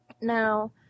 Now